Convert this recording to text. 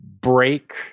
break